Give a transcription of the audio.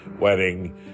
wedding